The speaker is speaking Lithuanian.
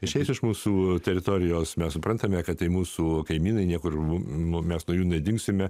išėjus iš mūsų teritorijos mes suprantame kad tai mūsų kaimynai niekur nuo miesto jų nedingsime